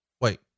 Wait